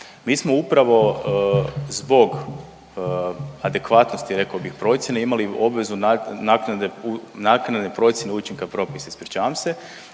Mi smo upravo zbog adekvatnosti, rekao bih procjene, imali obvezu naknade procjene učinka propisa, ispričavam se,